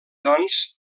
doncs